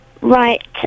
Right